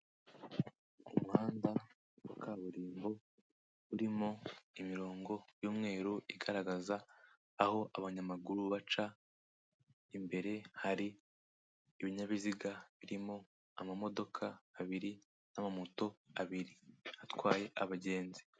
Umuhanda wa kaburimbo urimo imirongo y'umweru igaragaza aho abanyamaguru baca, imbere hari ibinyabiziga birimo amamodoka abiri n'amamoto abiri, atwaye abagenzi.